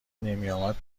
نمیآمد